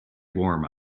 warm